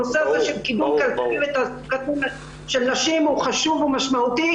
נושא הקידום הכלכלי והתעסוקתי של נשים הוא חשוב ומשמעותי.